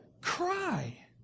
cry